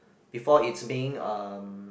before it's being um